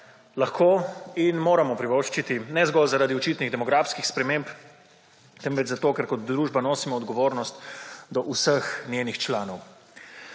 lahko in moramo privoščiti. Ne zgolj zaradi očitnih demografskih sprememb, temveč zato, ker kot družba nosimo odgovornost do vseh njenih članov.